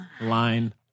line